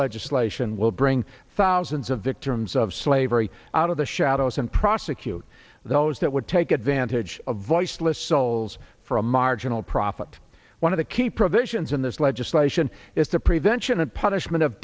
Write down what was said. legislation will bring thousands of victims of slavery out of the shadows and prosecute those that would take advantage of voiceless souls for a general profit one of the key provisions in this legislation is the prevention and punishment of